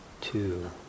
two